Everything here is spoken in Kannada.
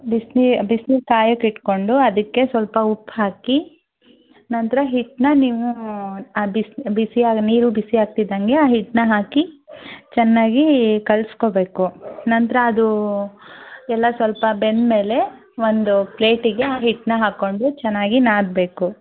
ಬಿಸ್ನಿ ಬಿಸಿನೀರು ಕಾಯಕ್ಕೆ ಇಟ್ಕೊಂಡು ಅದಕ್ಕೆ ಸ್ವಲ್ಪ ಉಪ್ಪು ಹಾಕಿ ನಂತರ ಹಿಟ್ಟನ್ನ ನೀವು ಆ ಬಿಸ್ ಬಿಸಿಯಾದ ನೀರು ಬಿಸಿಯಾಗ್ತಿದ್ದಂಗೆ ಆ ಹಿಟ್ಟನ್ನ ಹಾಕಿ ಚೆನ್ನಾಗಿ ಕಲ್ಸ್ಕೋಬೇಕು ನಂತರ ಅದು ಎಲ್ಲ ಸ್ವಲ್ಪ ಬೆಂದು ಮೇಲೆ ಒಂದು ಪ್ಲೇಟಿಗೆ ಆ ಹಿಟ್ಟನ್ನ ಹಾಕ್ಕೊಂಡು ಚೆನ್ನಾಗಿ ನಾದಬೇಕು